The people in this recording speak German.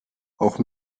auch